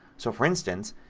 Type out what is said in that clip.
so, for instance,